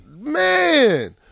Man